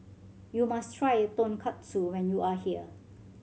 you must try Tonkatsu when you are here